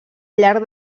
llarg